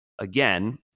again